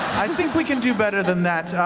think we can do better than that.